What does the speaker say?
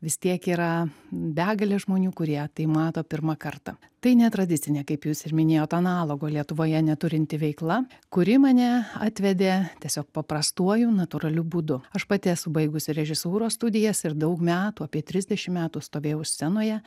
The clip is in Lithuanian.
vis tiek yra begalė žmonių kurie tai mato pirmą kartą tai netradicinė kaip jūs ir minėjot analogo lietuvoje neturinti veikla kuri mane atvedė tiesiog paprastuoju natūraliu būdu aš pati esu baigusi režisūros studijas ir daug metų apie trisdešimt metų stovėjau scenoje